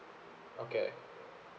okay